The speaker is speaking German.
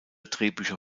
drehbücher